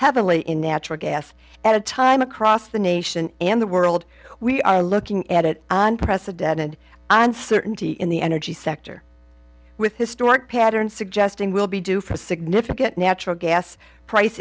heavily in natural gas at a time across the nation and the world we are looking at it and president and i and certainty in the energy sector with historic pattern suggesting we'll be due for a significant natural gas price